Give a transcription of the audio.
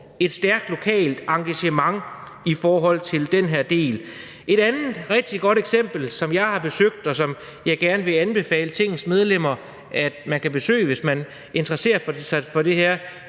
et stærkt lokalt engagement i den her del. Et andet rigtig godt eksempel, som jeg har besøgt, og som jeg gerne vil anbefale Tingets medlemmer at besøge, hvis man interesserer sig for det her,